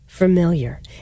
familiar